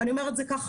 אני אומרת את זה כך,